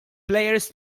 plejers